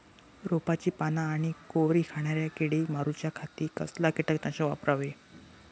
रोपाची पाना आनी कोवरी खाणाऱ्या किडीक मारूच्या खाती कसला किटकनाशक वापरावे?